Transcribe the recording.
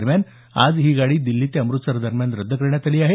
दरम्यान आज ही गाडी दिल्ली ते अम्रतसर दरम्यान रद्द करण्यात आली आहे